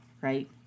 right